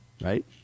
Right